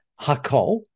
Hakol